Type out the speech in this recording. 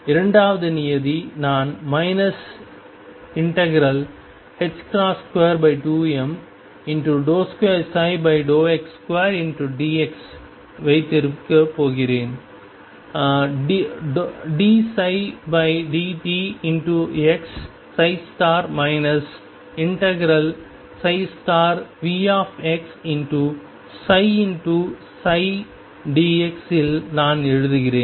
இரண்டாவது நியதி நான் 22m2x2dx வைத்திருக்கப் போகிறேன் dψdtx ∫Vxψψdx இல் நான் எழுதுகிறேன்